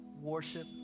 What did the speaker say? worship